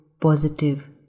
positive